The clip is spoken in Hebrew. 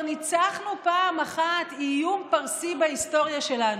ניצחנו פעם אחת איום פרסי בהיסטוריה שלנו.